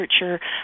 researcher